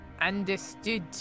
Understood